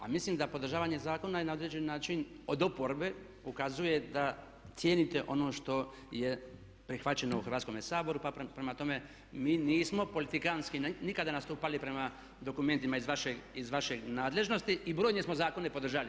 A mislim da podržavanje zakona je na određen način od oporbe ukazuje da cijenite ono što prihvaćeno u Hrvatskome saboru pa prema tome mi nismo politikantski nikada nastupali prema dokumentima iz vaše nadležnosti i brojne smo zakone podržali.